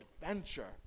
adventure